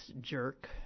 jerk